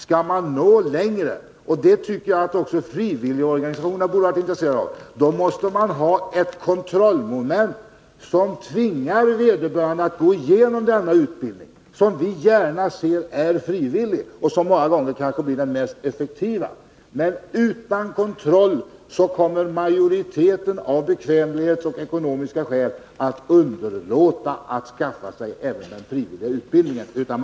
Skall man nå längre — och det tycker jag att också frivilligorganisationerna borde vara intresserade av — måste man ha ett kontrollmoment som tvingar vederbörande att gå igenom en utbildning. Vi ser gärna att den utbildningen är frivillig, för frivillig utbildning kan många gånger vara den mest effektiva. Men utan kontroll kommer majoriteten av bekvämlighetsskäl och av ekonomiska skäl att underlåta att skaffa sig även den frivilliga utbildningen.